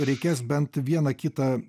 reikės bent vieną kitą